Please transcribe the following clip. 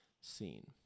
scene